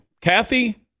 Kathy